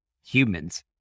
humans